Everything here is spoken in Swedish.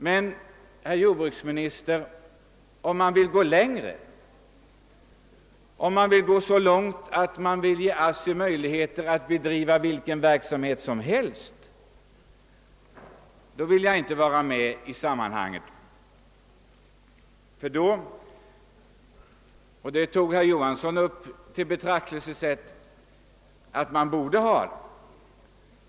Men, herr jordbruksminister, om man vill gå längre, om man vill gå så långt att man vill ge ASSI möjlighet att bedriva vilken verksamhet som helst, kan jag inte vara med längre. Herr Johanson i Västervik menade att ASSI borde ha den möjligheten.